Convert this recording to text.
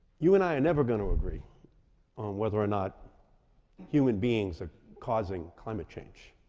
you and i are never going to agree on whether or not human beings are causing climate change,